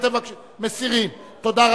כן.